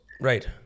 Right